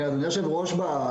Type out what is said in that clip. אדוני היושב ראש,